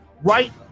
right